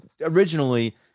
originally